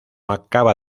acaba